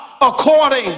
according